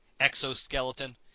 exoskeleton